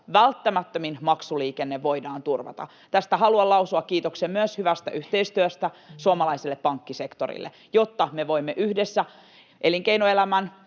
välttämättömin maksuliikenne voidaan turvata. Tästä haluan lausua kiitoksen hyvästä yhteistyöstä myös suomalaiselle pankkisektorille, että me voimme yhdessä elinkeinoelämän